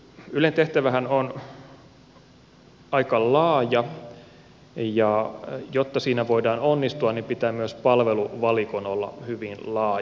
ylen tehtävähän on aika laaja ja jotta siinä voidaan onnistua pitää myös palveluvalikon olla hyvin laaja